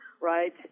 right